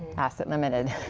asset limited.